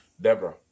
Deborah